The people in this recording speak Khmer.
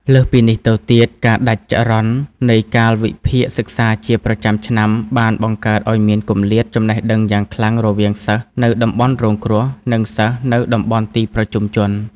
លើសពីនេះទៅទៀត ការដាច់ចរន្តនៃកាលវិភាគសិក្សាជាប្រចាំឆ្នាំ បានបង្កើតឱ្យមានគម្លាតចំណេះដឹងយ៉ាងខ្លាំងរវាងសិស្សនៅតំបន់រងគ្រោះ និងសិស្សនៅតំបន់ទីប្រជុំជន។